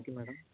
thank you madam